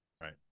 Right